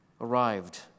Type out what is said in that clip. arrived